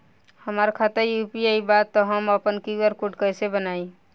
हमार खाता यू.पी.आई बा त हम आपन क्यू.आर कोड कैसे बनाई?